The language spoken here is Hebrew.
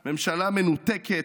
/ ממשלה מנותקת,